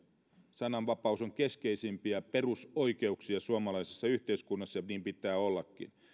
sananvapaus on keskeisimpiä perusoikeuksia suomalaisessa yhteiskunnassa ja niin pitää ollakin